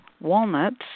walnuts